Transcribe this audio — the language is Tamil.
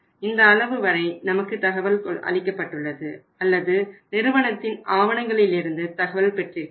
இந்த அளவு வரை நமக்கு தகவல் அளிக்கப்பட்டுள்ளது அல்லது நிறுவனத்தின் ஆவணங்களில் இருந்து தகவல் பெற்றிருக்கிறோம்